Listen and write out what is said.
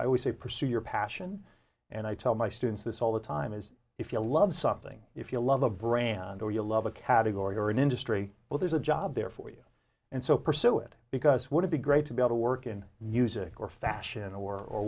i always say pursue your passion and i tell my students this all the time is if you love something if you love a brand or you love a category or an industry well there's a job there for you and so pursue it because it would be great to be out of work in music or fashion or or